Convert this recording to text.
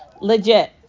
legit